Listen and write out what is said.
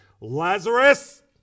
Lazarus